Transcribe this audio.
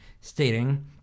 stating